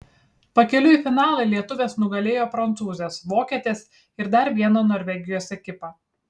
pakeliui į finalą lietuvės nugalėjo prancūzes vokietes ir dar vieną norvegijos ekipą